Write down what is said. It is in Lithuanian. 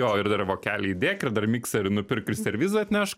jo ir dar į vokelį įdėk ir dar mikserį nupirk ir servizą atnešk